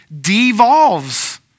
devolves